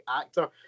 actor